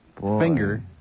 finger